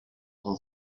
todo